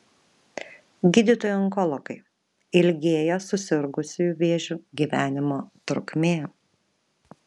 gydytojai onkologai ilgėja susirgusiųjų vėžiu gyvenimo trukmė